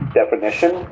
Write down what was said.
definition